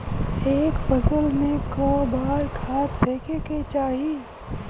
एक फसल में क बार खाद फेके के चाही?